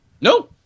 No